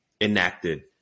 enacted